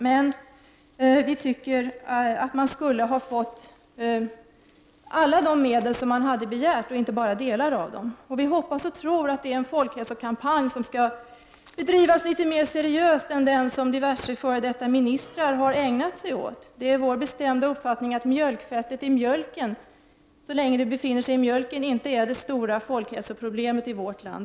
Men vi tycker att man borde ha fått alla de medel som man har begärt, inte bara delar av dem. Vi hoppas och tror att det skall bli en folkhälsokampanj som skall bedrivas litet mera seriöst än den som diverse f.d. ministrar har ägnat sig åt. Det är vår bestämda uppfattning att mjölkfettet så länge det befinner sig i mjölken inte är det stora folkhälsoproblemet i vårt land.